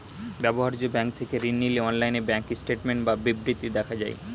ব্যবহার্য ব্যাঙ্ক থেকে ঋণ নিলে অনলাইনে ব্যাঙ্ক স্টেটমেন্ট বা বিবৃতি দেখা যায়